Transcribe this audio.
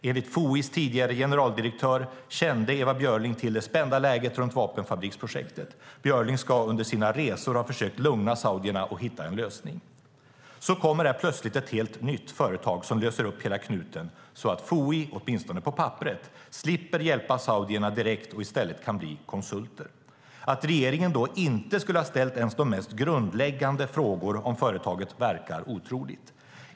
Enligt FOI:s tidigare generaldirektör kände Ewa Björling till det spända läget runt vapenfabriksprojektet. Björling ska under sina resor ha försökt lugna saudierna och hitta en lösning. Så kommer plötsligt ett helt nytt företag som löser upp hela knuten så att FOI åtminstone på papperet slipper hjälpa saudierna direkt och i stället kan bli konsulter. Att regeringen då inte skulle ha ställt ens de mest grundläggande frågor om företaget verkar otroligt.